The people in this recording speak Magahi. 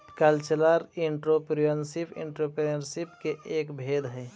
कल्चरल एंटरप्रेन्योरशिप एंटरप्रेन्योरशिप के एक भेद हई